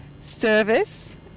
service